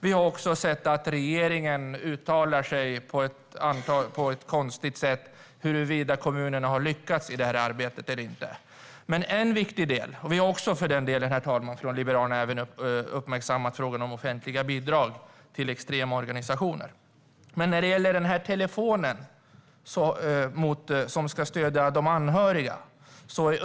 Vi har också hört regeringen uttala sig på ett konstigt sätt om huruvida kommunerna har lyckats i det här arbetet eller inte. Liberalerna har även uppmärksammat frågan om offentliga bidrag till extrema organisationer. Sedan finns frågan om telefonnumret dit oroliga anhöriga kan ringa för stöd.